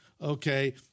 okay